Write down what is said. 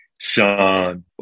Sean